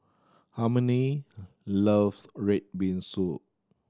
Harmony loves red bean soup